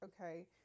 Okay